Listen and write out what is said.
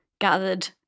gathered